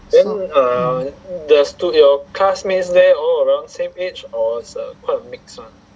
so mm